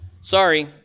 Sorry